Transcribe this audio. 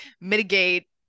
mitigate